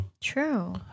True